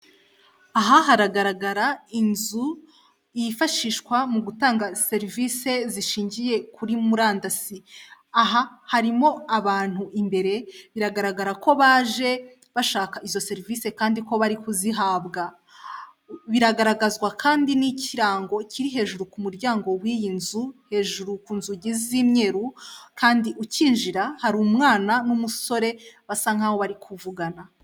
Aha haragaragara inzu yifashishwa mu gutanga serivisi zishingiye kuri murandasi, aha harimo abantu imbere, biragaragara ko baje bashaka izo serivisi kandi ko bari kuzihabwa. Biragaragazwa kandi n'ikirango kiri hejuru ku muryango w'iyi nzu, hejuru ku nzugi z'imyeru, kandi ukinjira hari umwana n'umusore basa nk'aho bari kuvugana.